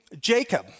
Jacob